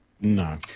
no